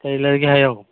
ꯀꯔꯤ ꯂꯩꯔꯒꯦ ꯍꯥꯏꯌꯣ